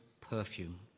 perfume